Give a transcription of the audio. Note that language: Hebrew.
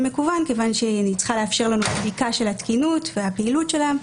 מקוון כיוון שאני צריכה לאפשר לנו בדיקה של התקינות והפעילות שלהם.